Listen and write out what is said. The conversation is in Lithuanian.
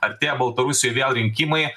artėja baltarusijoj vėl rinkimai